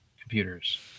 computers